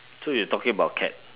so you talking about cat